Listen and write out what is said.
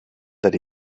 that